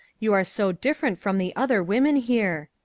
you are so different from the other women here.